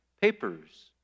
papers